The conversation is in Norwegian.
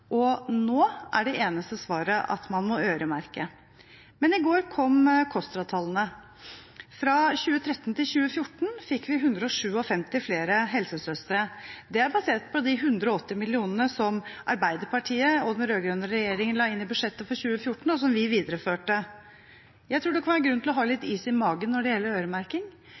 og nå er det eneste svaret at man må øremerke. I går kom KOSTRA-tallene. Fra 2013 til 2014 fikk vi 157 flere helsesøstre. Det er basert på de 180 mill. kr som Arbeiderpartiet og den rød-grønne regjeringen la inn i budsjettet for 2014, og som vi videreførte. Jeg tror det kan være grunn til å ha